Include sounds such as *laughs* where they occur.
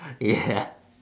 *laughs* yeah